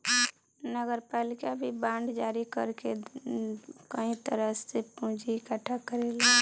नगरपालिका भी बांड जारी कर के कई तरह से पूंजी इकट्ठा करेला